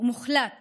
ומוחלט